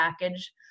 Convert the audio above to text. package